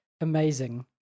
amazing